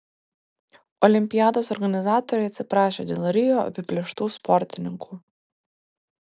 olimpiados organizatoriai atsiprašė dėl rio apiplėštų sportininkų